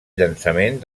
llançament